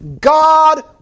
God